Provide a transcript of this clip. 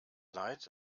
leid